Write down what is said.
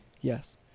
Yes